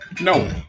No